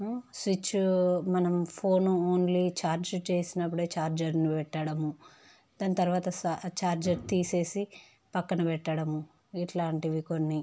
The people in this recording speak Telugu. స్విచ్ మనం ఫోన్ ఓన్లీ చార్జ్ చేసినప్పుడు చార్జర్ని పెట్టడం దాని తర్వాత చార్జర్ తీసి పక్కన పెట్టడం ఇలాంటివి కొన్ని